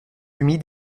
humide